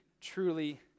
truly